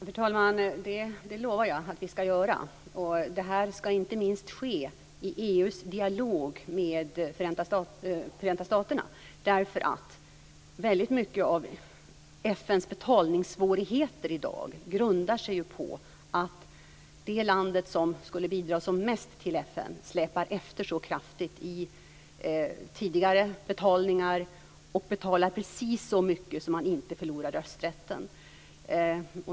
Fru talman! Det lovar jag att vi ska göra. Och det här ska inte minst ske i EU:s dialog med Förenta staterna, därför att väldigt mycket av FN:s betalningssvårigheter i dag ju grundar sig ju på att det land som skulle bidra mest till FN släpar efter så kraftigt i tidigare betalningar och betalar precis så mycket att man inte förlorar rösträtten.